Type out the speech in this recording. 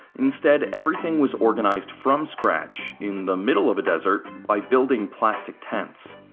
instead, everything was organized from scratch, in the middle of a desert, by building plastic tents.